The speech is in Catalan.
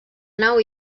nau